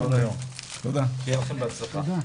שיהיה לכם בהצלחה.